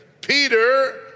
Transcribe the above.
Peter